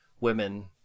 women